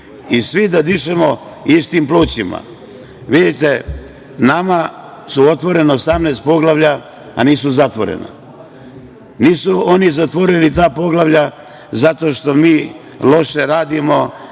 i svi da dišemo istim plućima. Vidite, nama je otvoreno 18 poglavlja, a nisu zatvoreni. Nisu oni zatvorili ta poglavlja zato što mi loše radimo